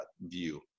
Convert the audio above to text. view